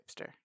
hipster